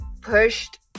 pushed